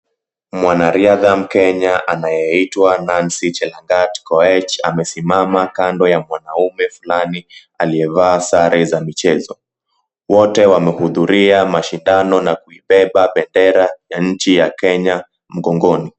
Mwanariadha mkenya anayeitwa Nancy Chelengat koech amesimama kando ya mwanaume flani aliyevaa sare za michezo. Wote wamehudhuria mashindano na kuibeba bendera ya nchi ya Kenya mgongoni.